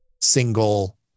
single